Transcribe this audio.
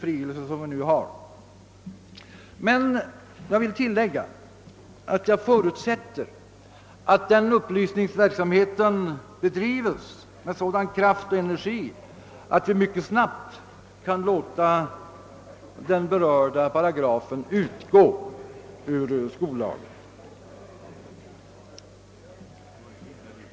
Men jag förutsätter att den upplysningsverksamheten bedrives med sådan kraft och energi, att vi mycket snabbt kan låta den berörda paragrafen utgå ur skollagen.